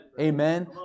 Amen